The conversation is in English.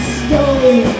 stolen